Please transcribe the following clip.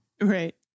Right